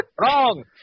wrong